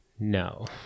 No